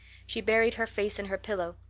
she buried her face in her pillow,